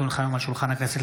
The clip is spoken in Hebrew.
כי הונחה היום על שולחן הכנסת,